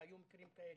והיו מקרים כאלה,